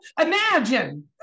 Imagine